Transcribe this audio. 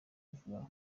ivuga